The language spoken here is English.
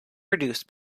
produced